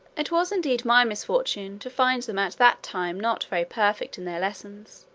it was indeed my misfortune to find them at that time not very perfect in their lessons,